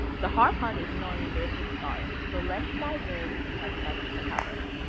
the hard part is knowing where to start, so let's dive in. we have much to cover.